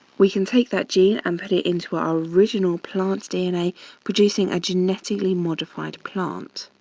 we can take that gene and put it into our original plant dna producing a genetically modified plant.